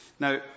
Now